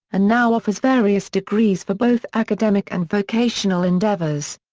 and now offers various degrees for both academic and vocational endeavors.